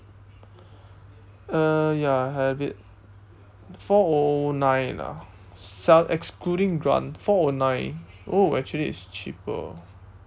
uh ya I have it four O nine lah sell excluding grant four O nine oh actually it's cheaper